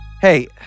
Hey